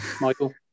Michael